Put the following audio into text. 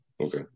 okay